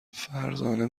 فرزانه